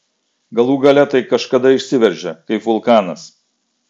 galų gale tai kažkada išsiveržia kaip vulkanas